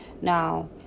Now